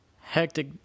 hectic